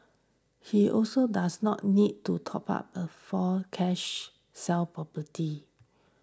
he also does not need to top up a fall cash sell property